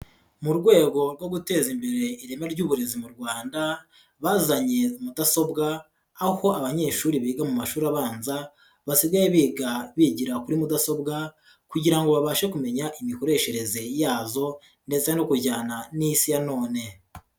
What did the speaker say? Mu rwego rwo guteza imbere ireme ry'uburezi mu Rwanda bazanye mudasobwa, aho abanyeshuri biga mu mashuri abanza basigaye biga bigira kuri mudasobwa kugira ngo babashe kumenya imikoreshereze yazo ndetse no kujyana n'Isi ya none.